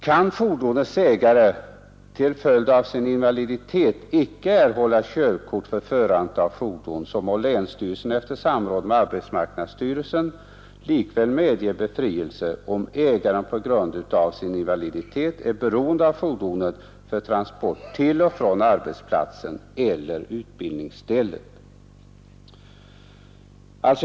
Kan fordonets ägare till följd av sin invaliditet icke erhålla körkort för förande av fordonet, må länsstyrelsen efter samråd med arbetsmarknadsstyrelsen likväl medge befrielse, om ägaren på grund av sin invaliditet är beroende av fordonet för transport till och från arbetsplatsen eller utbildningsstället.